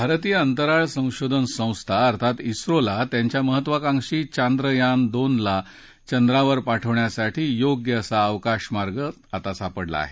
भारतीय अंतराळ संशोधन संस्था अर्थात झोला त्यांच्या महत्वाकांक्षी चांद्रयान दोनला चंद्रावर पाठवण्यासाठी योग्य अवकाश मार्ग सापडला आहे